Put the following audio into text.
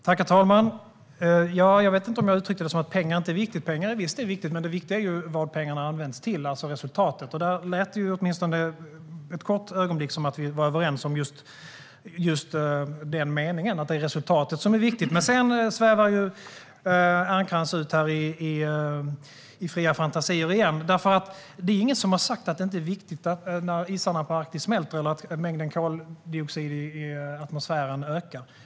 Herr talman! Jag vet inte om jag uttryckte det som att pengar inte är viktigt. Pengar är visst viktigt, men det viktiga är ju vad de används till, det vill säga resultatet. Det lät åtminstone ett kort ögonblick som om vi var överens om just det. Men sedan svävar Ernkrans ut i fria fantasier igen. Det är ju ingen som har sagt att det inte är viktigt att isarna i Arktis smälter eller att mängden koldioxid i atmosfären ökar.